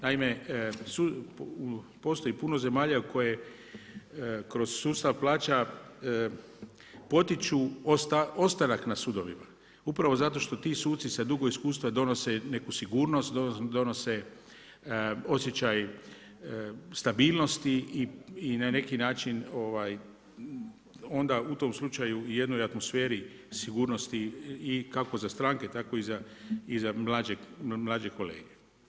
Naime, postoji puno zemalja koji kroz sustav plaća potiču ostanak na sudovima, upravo zato što ti suci sa dugo iskustava donose neku sigurnost, donose osjećaj stabilnosti i na neki način onda u tom slučaju u jednoj atmosferi sigurnosti i kako za stranke, tako i za mlađe kolege.